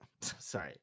Sorry